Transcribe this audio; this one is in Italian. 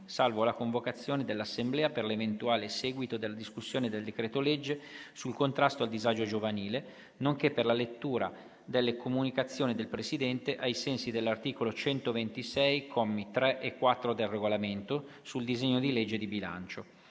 salvo la convocazione dell'Assemblea per l'eventuale seguito della discussione del decreto-legge sul contrasto al disagio giovanile, nonché per la lettura delle comunicazioni del Presidente, ai sensi dell'articolo 126, commi 3 e 4, del Regolamento, sul disegno di legge di bilancio.